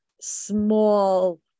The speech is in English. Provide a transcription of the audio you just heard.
small